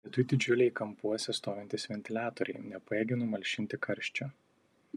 viduj didžiuliai kampuose stovintys ventiliatoriai nepajėgė numalšinti karščio